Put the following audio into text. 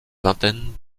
vingtaine